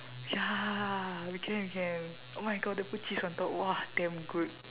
ya we can we can oh my god then put cheese on top !wah! damn good